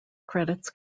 credits